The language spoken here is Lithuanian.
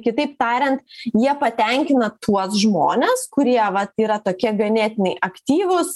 kitaip tarian jie patenkina tuos žmones kurie vat yra tokie ganėtinai aktyvūs